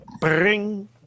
Bring